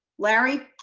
larry.